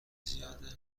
زیاده